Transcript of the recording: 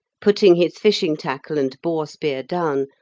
putting his fishing-tackle and boar spear down,